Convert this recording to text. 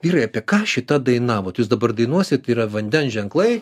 vyrai apie ką šita daina vat jūs dabar dainuosite yra vandens ženklai